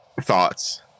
thoughts